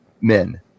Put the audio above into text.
men